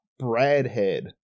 Bradhead